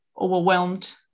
overwhelmed